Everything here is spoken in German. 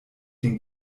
den